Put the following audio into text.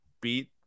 beat